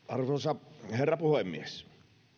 arvoisa herra puhemies